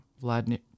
Vladimir